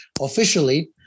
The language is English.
officially